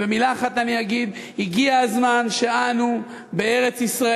ובמילה אחת אני אגיד: הגיע הזמן שאנו בארץ-ישראל,